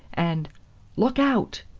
and look out!